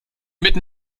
mitten